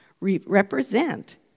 represent